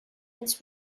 its